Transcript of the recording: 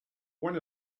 one